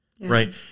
right